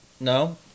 No